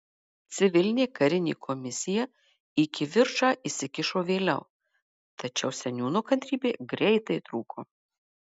civilinė karinė komisija į kivirčą įsikišo vėliau tačiau seniūno kantrybė greitai trūko